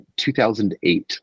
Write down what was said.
2008